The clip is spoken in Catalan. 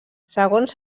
segons